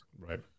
right